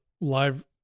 live